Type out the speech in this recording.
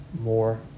more